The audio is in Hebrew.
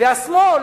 והשמאל